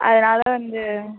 அதனால வந்து